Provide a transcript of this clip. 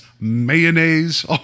Mayonnaise